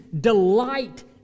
delight